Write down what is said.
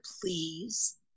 please